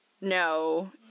no